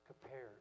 compared